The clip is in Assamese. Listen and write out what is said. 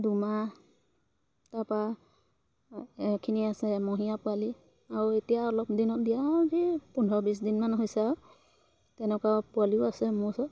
দুমাহ তাৰপৰা এখিনি আছে এমহীয়া পোৱালি আৰু এতিয়া অলপ দিনত দিয়া যি পোন্ধৰ বিছ দিনমান হৈছে আৰু তেনেকুৱা পোৱালিও আছে মোৰ ওচৰত